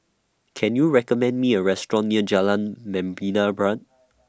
Can YOU recommend Me A Restaurant near Jalan Membina Barat